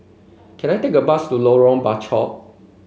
can I take a bus to Lorong Bachok